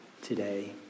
today